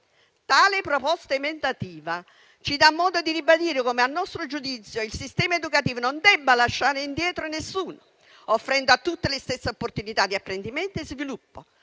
Tale proposta emendativa ci dà modo di ribadire come - a nostro giudizio - il sistema educativo non debba lasciare indietro nessuno, offrendo a tutti le stesse opportunità di apprendimento e sviluppo;